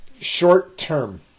short-term